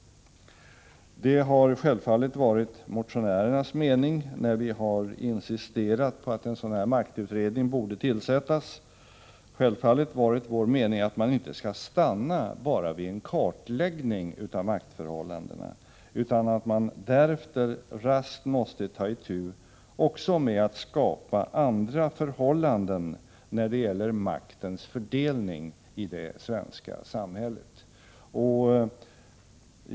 Det har självfallet varit motionärernas mening när vi har insisterat på att en sådan här maktutredning borde tillsättas. Det har självfallet varit vår mening att utredningen inte bara skulle stanna vid en kartläggning av maktförhållandena utan att den därefter också raskt måste ta itu med att skapa andra förhållanden när det gäller maktens fördelning i det svenska samhället.